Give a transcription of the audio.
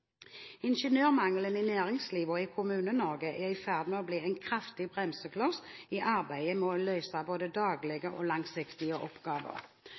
Ingeniørmangelen i næringslivet og i Kommune-Norge er i ferd med å bli en kraftig bremsekloss i arbeidet med å løse både daglige og langsiktige oppgaver.